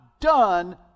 done